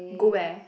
go where